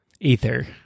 ether